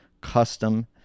custom